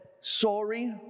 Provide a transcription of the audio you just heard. sorry